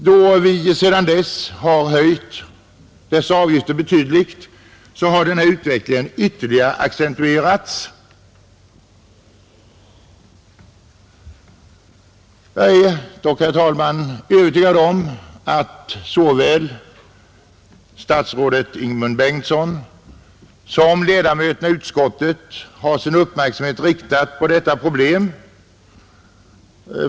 Då vi sedan dess har höjt dessa avgifter betydligt, har denna utveckling ytterligare accentuerats. Jag är, herr talman, övertygad om att såväl statsrådet Ingemund Bengtsson som ledamöterna i utskottet har sin uppmärksamhet riktad på detta problem.